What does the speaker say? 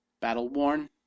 Battle-worn